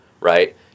right